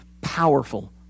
powerful